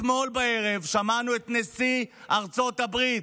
אתמול בערב שמענו את נשיא ארצות הברית,